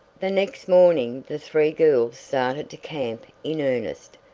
the next morning the three girls started to camp in earnest.